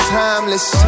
timeless